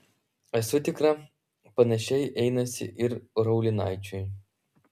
esu tikra panašiai einasi ir raulinaičiui